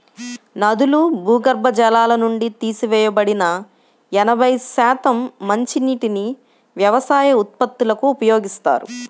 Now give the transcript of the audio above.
నదులు, భూగర్భ జలాల నుండి తీసివేయబడిన ఎనభై శాతం మంచినీటిని వ్యవసాయ ఉత్పత్తులకు ఉపయోగిస్తారు